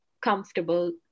comfortable